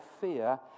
fear